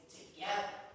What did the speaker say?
together